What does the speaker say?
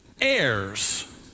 heirs